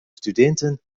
studinten